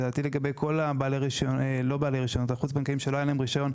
לגבי כל החוץ-בנקאיים שלא היה להם רישיון,